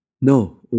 No